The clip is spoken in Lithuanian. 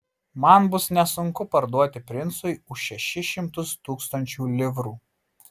man bus nesunku parduoti princui už šešis šimtus tūkstančių livrų